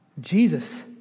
Jesus